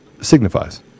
signifies